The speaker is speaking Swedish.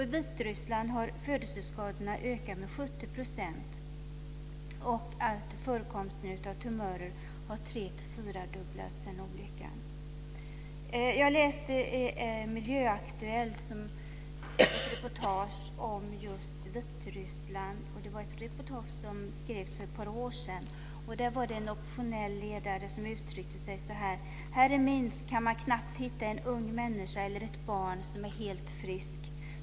I Vitryssland har födelseskadorna ökat med 70 %, och förekomsten av tumörer har tre till fyrdubblats sedan olyckan. Jag läste ett reportage i Miljöaktuellt som skrevs för ett par år sedan om just Vitryssland. Där uttryckte sig en oppositionell ledare på följande sätt: Här i Minsk kan man knappt hitta en ung människa eller ett barn som är helt friskt.